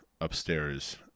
upstairs